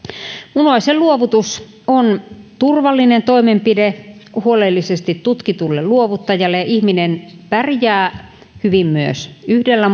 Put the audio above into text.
munuaisen luovutus on turvallinen toimenpide huolellisesti tutkitulle luovuttajalle ihminen pärjää hyvin myös yhdellä